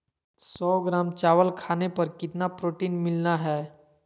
सौ ग्राम चावल खाने पर कितना प्रोटीन मिलना हैय?